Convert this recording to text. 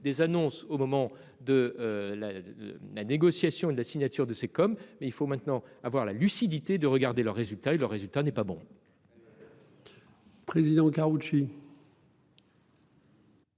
des annonces au moment de la. La négociation et de la signature de ces comme mais il faut maintenant avoir la lucidité de regarder le résultat et le résultat n'est pas bon. Président Karoutchi.